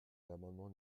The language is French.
l’amendement